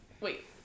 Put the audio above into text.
Wait